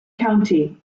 county